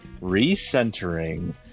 recentering